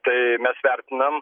tai mes vertinam